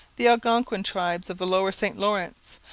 the algonquin tribes of the lower st lawrence,